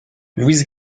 louise